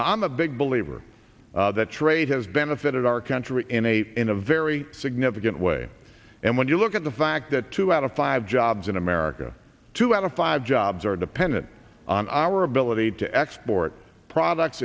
i'm a big believer that trade has benefited our country in a in a very significant way and when you look at the fact that two out of five jobs in america two out of five jobs are dependent on our ability to export products